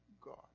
God